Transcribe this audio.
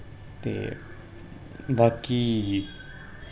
ते बाकि